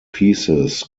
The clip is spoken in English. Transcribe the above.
pieces